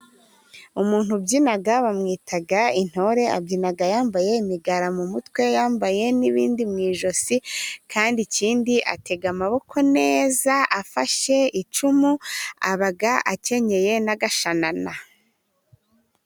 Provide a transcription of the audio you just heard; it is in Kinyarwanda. Umuntu ubyina bamwita intore. Abyina yambaye imigara mu mutwe ,yambaye n'ibindi mu ijosi. Kandi ikindi atega maboko neza, afashe icumu, aba akenyeye n'agashana.